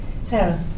Sarah